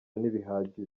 ntibihagije